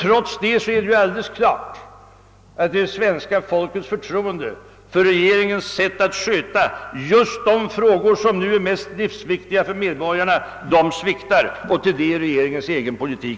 Trots det är det alldeles klart, att det svenska folkets förtroende för regeringens sätt att sköta just de frågor, som nu är mest livsviktiga för medborgarna, sviktar. Anledningen till det är regeringens egen politik.